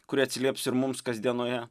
kurie atsilieps ir mums kasdienoje